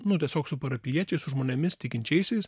nu tiesiog su parapijiečiais su žmonėmis tikinčiaisiais